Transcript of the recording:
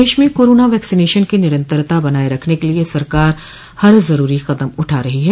प्रदेश में corona vaccination की निरन्तरता बनाये रखने के लिये सरकार हर जरूरी कदम उठा रही है